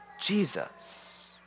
Jesus